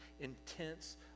intense